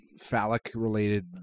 phallic-related